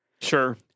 sure